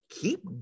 keep